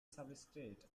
substrates